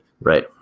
Right